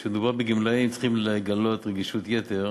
כשמדובר בגמלאים צריכים לגלות רגישות יתר